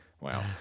Wow